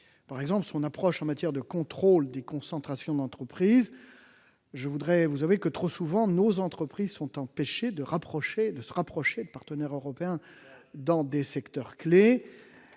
l'exemple de son approche en matière de contrôle des concentrations d'entreprises. Vous le savez, trop souvent, nos entreprises sont empêchées de se rapprocher de partenaires européens dans des secteurs-clés.